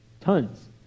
Tons